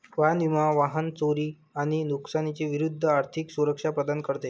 वाहन विमा वाहन चोरी आणि नुकसानी विरूद्ध आर्थिक सुरक्षा प्रदान करते